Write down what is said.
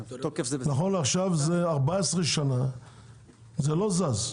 נכון לעכשיו 14 שנה זה לא זז.